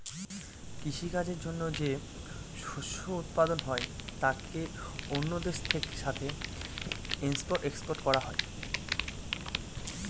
কৃষি কাজে যে শস্য উৎপাদন হয় তাকে অন্য দেশের সাথে ইম্পোর্ট এক্সপোর্ট করা হয়